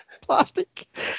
plastic